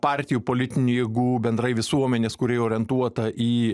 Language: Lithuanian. partijų politinių jėgų bendrai visuomenės kuri orientuota į